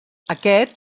aquest